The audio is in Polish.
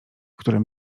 którym